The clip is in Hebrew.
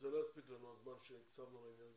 לא יספיק לנו הזמן שהקצבנו לעניין הזה,